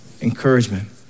encouragement